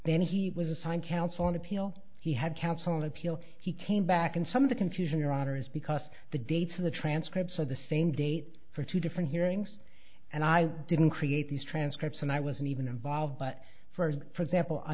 then he was assigned counsel on appeal he had counsel appeal he came back and some of the confusion your honor is because the dates of the transcript so the same date for two different hearings and i didn't create these transcripts and i wasn't even involved but first for example